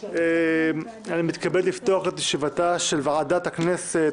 אני מתכבד לפתוח את ישיבתה של ועדת הכנסת.